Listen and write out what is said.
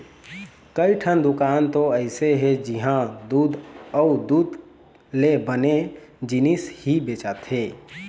कइठन दुकान तो अइसे हे जिंहा दूद अउ दूद ले बने जिनिस ही बेचाथे